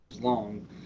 long